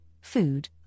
food